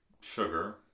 sugar